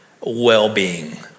well-being